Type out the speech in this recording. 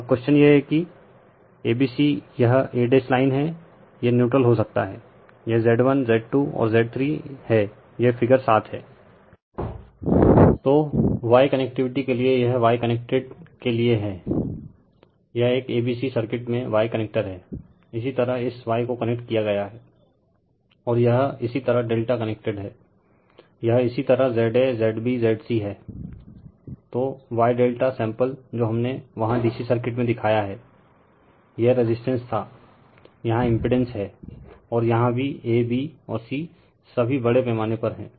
तो अब क्वेश्चन यह है कि a b c यह a' लाइन हैंl यह न्यूट्रल हो सकता हैंl यह Z1Z2 और Z3 है यह फिगर 7 हैंl Refer Slide Time 1740 तो Y कनेक्टिविटी के लिए यह Y कनेक्टेड के लिए हैं यह एक a b c सर्किट में Y कनेक्टर हैंl इसी तरह इस Y को कनेक्ट किया गया हैंl और यह इसी तरह ∆ कनेक्टेड हैंl यह इसी तरह Za ZbZc हैं तो Y∆ सैंपल जो हमने वहाँ DC सर्किट में दिखाया हैं यह रेजिस्टेंस थाl यहाँ इमपीडेंस हैंl और यहाँ भी ab और c सभी बड़े पैमाने पर हैं